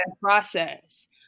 process